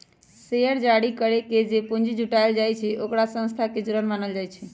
share जारी करके जे पूंजी जुटाएल जाई छई ओकरा संस्था से जुरल मानल जाई छई